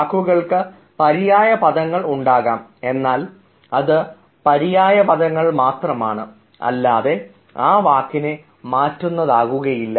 വാക്കുകൾക്ക് പര്യായപദങ്ങൾ ഉണ്ടാകാം എന്നാൽ അത് പര്യായപദങ്ങൾ മാത്രമാണ് അല്ലാതെ ആ വാക്കിനെ മാറ്റുവാനാകുന്നതല്ല